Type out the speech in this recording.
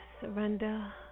surrender